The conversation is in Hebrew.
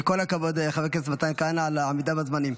כל הכבוד לחבר הכנסת מתן כהנא על העמידה בזמנים.